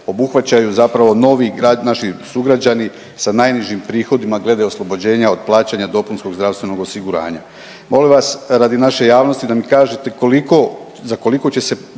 .../nerazumljivo/... naši sugrađani sa najnižim prihodima glede oslobođenja od plaćanja dopunskog zdravstvenog osiguranja.